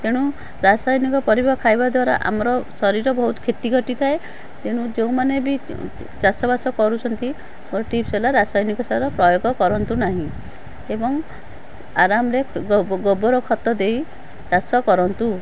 ତେଣୁ ରାସାୟନିକ ପରିବା ଖାଇବା ଦ୍ୱାରା ଆମର ଶରୀର ବହୁତ କ୍ଷତି ଘଟିଥାଏ ତେଣୁ ଯେଉଁମାନେ ବି ଚାଷବାସ କରୁଛନ୍ତି ମୋର ଟିପ୍ସ ହେଲା ରାସାୟନିକ ସାର ପ୍ରୟୋଗ କରନ୍ତୁ ନାହିଁ ଏବଂ ଆରାମରେ ଗୋବର ଖତ ଦେଇ ଚାଷ କରନ୍ତୁ